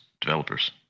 developers